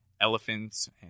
Elephants